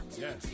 Yes